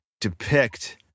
depict